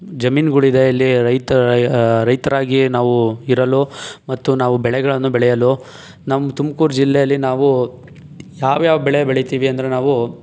ಜಮೀನುಗಳಿದೆ ಇಲ್ಲಿ ರೈತ ರೈತರಾಗಿ ನಾವು ಇರಲು ಮತ್ತು ನಾವು ಬೆಳೆಗಳನ್ನು ಬೆಳೆಯಲು ನಮ್ಮ ತುಮಕೂರು ಜಿಲ್ಲೆಯಲಿ ನಾವು ಯಾವ್ಯಾವ ಬೆಳೆ ಬೆಳಿತೀವಿ ಅಂದರೆ ನಾವು